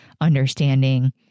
understanding